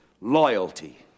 loyalty